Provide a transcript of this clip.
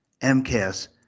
MCAS